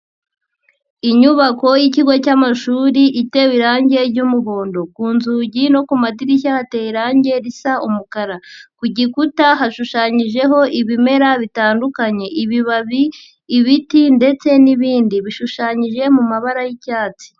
Inyubako y'ikigo cy'amashuri itewe irangi ry'umuhondo, ku nzugi no ku madirishya hateye irangi risa umukara, ku gikuta hashushanyijeho ibimera bitandukanye, ibibabi, ibiti ndetse n'ibindi bishushanyije mu mabara y'icyatsi.